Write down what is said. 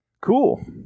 Cool